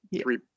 three